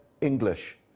English